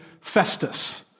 Festus